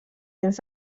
dins